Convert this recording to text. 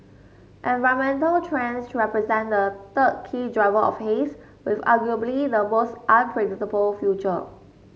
environmental trends represent the third key driver of haze with arguably the most unpredictable future